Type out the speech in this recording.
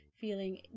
feeling